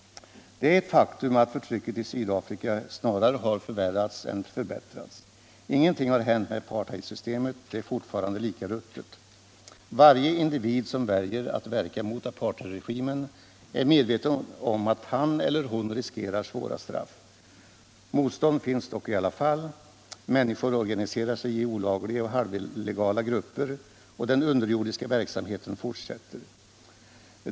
| Det är ett faktum att förtrycket i Sydafrika snarare har förvärrats än förbättrats. Ingenting har hänt med apartheidsystemet; det är fortfarande lika ruttet. Varje individ som väljer att verka mot apartheidregimen är medveten om att han eller hon riskerar svåra straff. Motstånd finns dock i alla fall. Människor organiserar sig i olagliga och halvlegata grupper, och den underjordiska verksamheten fortsätter.